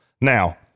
Now